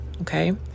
Okay